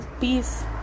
peace